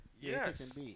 Yes